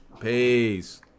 Peace